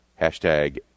Hashtag